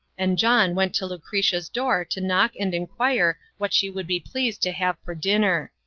and john went to lucretia's door to knock and inquire what she would be pleased to have for dinner.